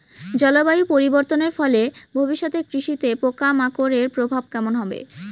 জলবায়ু পরিবর্তনের ফলে ভবিষ্যতে কৃষিতে পোকামাকড়ের প্রভাব কেমন হবে?